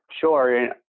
Sure